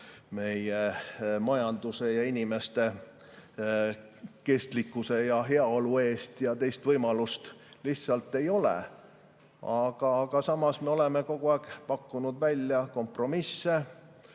meie majanduse ja inimeste kestlikkuse ja heaolu eest, teist võimalust lihtsalt ei ole. Samas, me oleme kogu aeg pakkunud välja kompromisse